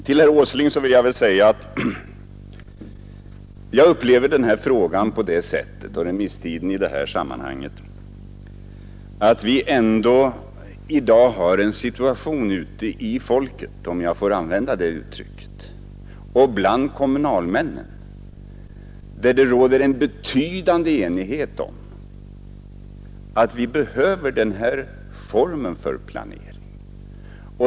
Till herr Åsling vill jag säga att jag upplever frågan om remisstiden så att vi i dag har en situation ute i folket — om jag får använda det uttrycket — och bland kommunalmännen, där det råder en betydande enighet om att vi behöver den här formen för planering.